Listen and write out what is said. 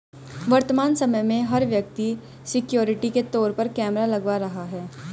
वर्तमान समय में, हर व्यक्ति सिक्योरिटी के तौर पर कैमरा लगवा रहा है